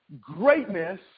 Greatness